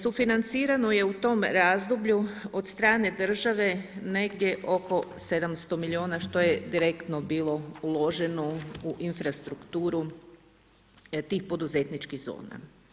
Sufinancirano je u tom razdoblju od strane države negdje oko 700 milijuna što je direktno bilo uloženo u infrastrukturu tih poduzetničkih zona.